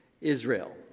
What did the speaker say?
Israel